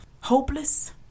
Hopeless